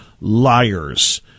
liars